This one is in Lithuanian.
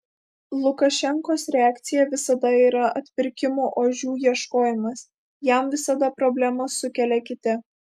lukašenkos reakcija visada yra atpirkimo ožių ieškojimas jam visada problemas sukelia kiti